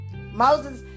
Moses